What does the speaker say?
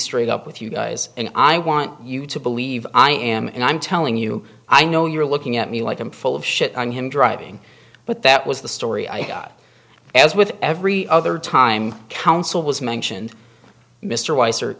straight up with you guys and i want you to believe i am and i'm telling you i know you're looking at me like i'm full of shit on him driving but that was the story i got as with every other time counsel was mentioned mr weiser